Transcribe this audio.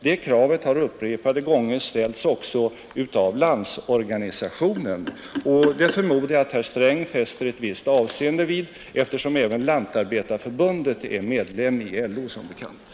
Det kravet har upprepade gånger ställts också av Landsorganisationen, och det förmodar jag att herr Sträng fäster ett visst avseende vid, eftersom även Lantarbetareförbundet som bekant är medlem i LO.